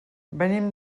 venim